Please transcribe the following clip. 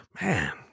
man